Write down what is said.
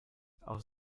auf